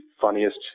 funniest